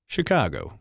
Chicago